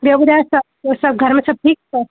ॿियो ॿुधायो स सभु घर में सभु ठीकु अथव